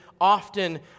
often